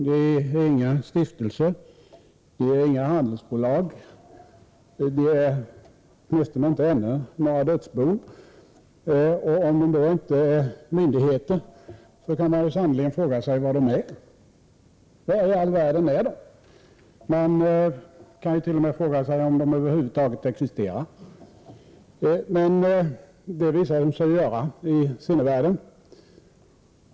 De är inte stiftelser. De är inte handelsbolag. De är inte — åtminstone inte ännu — några dödsbon. Om de då inte är myndigheter, kan man sannerligen fråga sig vad de är. Vad i all världen är de? Man kan t.o.m. fråga sig om de över huvud taget existerar i sinnevärlden. Men det har de ju visat sig göra.